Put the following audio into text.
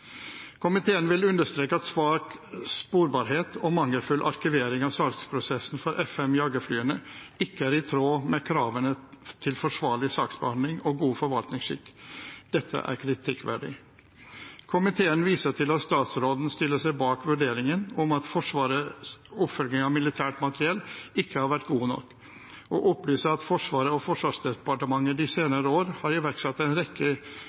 Komiteen vil understreke at svak sporbarhet og mangelfull arkivering av salgsprosessene for F-5-flyene ikke er i tråd med kravene til forsvarlig saksbehandling og god forvaltningsskikk. Dette er kritikkverdig. Komiteen viser til at statsråden stiller seg bak vurderingen at Forsvarets oppfølging av avhending av militært materiell ikke har vært god nok, og opplyser at Forsvaret og Forsvarsdepartementet de senere år har iverksatt en rekke